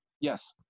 Yes